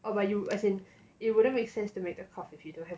oh but you as in it wouldn't make sense to make the cloth if you don't have